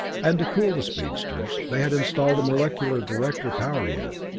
and to cool the speedsters they had installed molecular director power units,